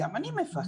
גם אני מפחדת,